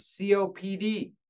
COPD